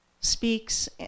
speaks